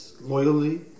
loyally